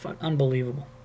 Unbelievable